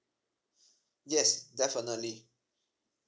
yes definitely